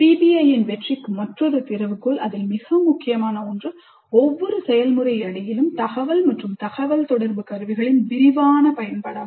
பிபிஐயின் வெற்றிக்கான மற்றொரு திறவுகோல் அதில் மிக முக்கியமான ஒன்று ஒவ்வொரு செயல்முறை அடியிலும் தகவல் மற்றும் தகவல் தொடர்பு கருவிகளின் விரிவான பயன்பாடு ஆகும்